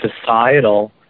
societal